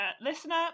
listener